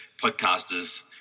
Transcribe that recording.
podcasters